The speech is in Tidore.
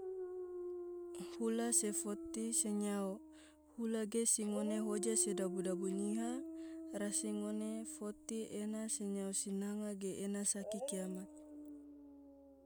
hula se foti senyao, hula ge se ngone hoja sedabu dabu nyiha rasi ngone foti ena senyao sinanga geena saki kiamat.